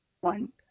One